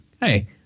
Hey